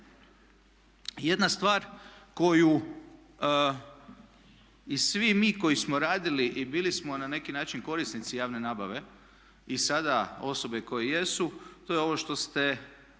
Jedna stvar koju i svi mi koji smo radili i bili smo na neki način korisnici javne nabave i sada osobe koje jesu to je ovo što ste, jedna od